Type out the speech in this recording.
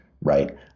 right